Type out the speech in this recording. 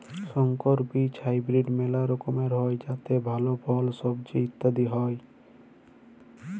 সংকর বীজ হাইব্রিড মেলা রকমের হ্যয় যাতে ভাল ফল, সবজি ইত্যাদি হ্য়য়